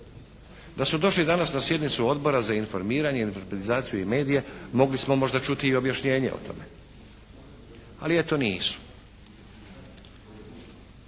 Da su došli danas na sjednicu Odbora za informiranje, informatizaciju i medije mogli smo možda čuti i objašnjenje o tome, ali eto nisu.